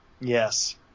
Yes